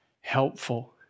helpful